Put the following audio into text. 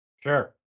Sure